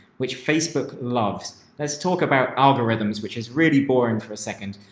which facebook loves. let's talk about algorithms, which is really boring for a second,